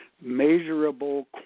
measurable